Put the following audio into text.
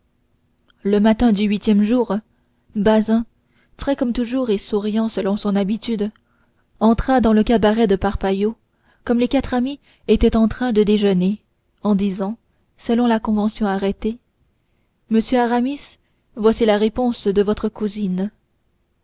le matin du huitième jour bazin frais comme toujours et souriant selon son habitude entra dans le cabaret de parpaillot comme les quatre amis étaient en train de déjeuner en disant selon la convention arrêtée monsieur aramis voici la réponse de votre cousine